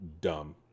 dumb